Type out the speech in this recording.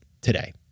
today